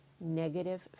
negative